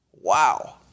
Wow